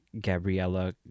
Gabriella